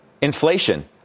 inflation